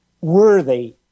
worthy